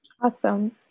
Awesome